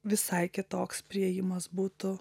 visai kitoks priėjimas būtų